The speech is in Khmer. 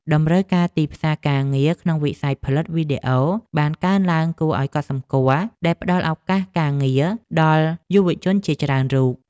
តម្រូវការទីផ្សារការងារក្នុងវិស័យផលិតវីដេអូបានកើនឡើងគួរឱ្យកត់សម្គាល់ដែលផ្ដល់ឱកាសការងារដល់យុវជនជាច្រើនរូប។